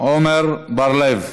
עמר בר-לב,